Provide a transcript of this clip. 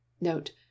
Note